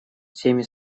всеми